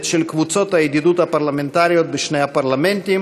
של קבוצות הידידות הפרלמנטריות בשני הפרלמנטים.